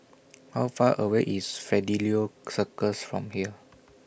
How Far away IS Fidelio Circus from here